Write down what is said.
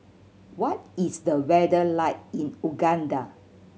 what is the weather like in Uganda